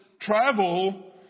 travel